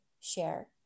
share